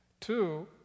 Two